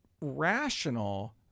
rational